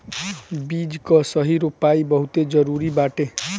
बीज कअ सही रोपाई बहुते जरुरी बाटे